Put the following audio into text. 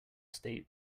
state